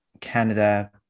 Canada